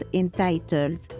entitled